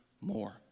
more